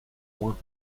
loin